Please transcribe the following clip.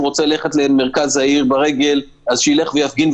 רוצה ללכת למרכז העיר ברגל שילך ויפגין,